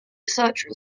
researcher